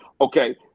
Okay